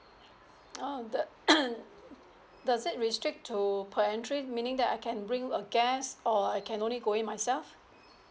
oh the does it restrict so per entry meaning that I can bring a guest or I can only go in myself